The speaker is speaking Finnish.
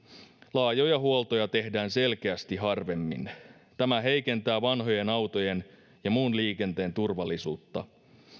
laajoja huoltoja tehdään selkeästi harvemmin tämä heikentää vanhojen autojen ja muun liikenteen turvallisuutta